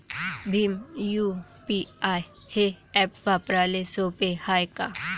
Bhim UPI हे app वापराले सोपे हाय का?